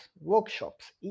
workshops